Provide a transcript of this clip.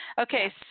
Okay